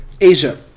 Asia